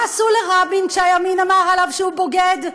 מה עשו לרבין כשהימין אמר עליו שהוא בוגד?